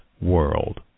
world